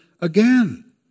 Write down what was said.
again